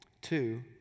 Two